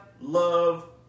love